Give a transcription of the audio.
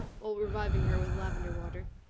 while reviving her with lavender water.